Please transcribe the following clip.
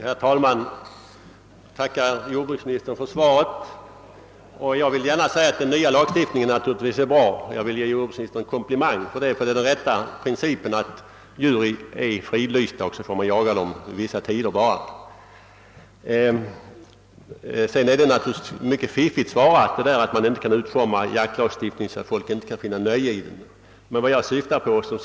Herr talman! Jag tackar jordbruksministern för svaret. — Den nya jaktlagstiftningen är bra, och jag vill gärna ge jordbruksministern en komplimang för denna lagstiftning. Den bygger på den riktiga principen att djuren är fridlysta och får jagas endast under vissa tider. Det är naturligtvis mycket fiffigt svarat av jordbruksministern att det inte är rimligt att försöka utforma jaktlagstiftningen så att den utesluter möjligheten för jägaren att finna nöje i sin jakt.